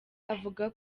avuga